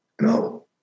no